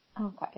Okay